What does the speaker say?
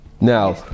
Now